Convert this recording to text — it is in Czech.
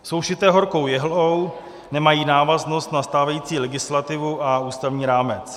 Jsou šité horkou jehlou, nemají návaznost na stávající legislativu a ústavní rámec.